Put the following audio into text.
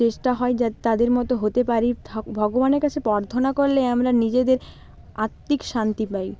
চেষ্টা হয় যাতে তাদের মতো হতে পারি ঠা ভগবানের কাছে প্রার্থনা করলে আমরা নিজেদের আত্মিক শান্তি পাই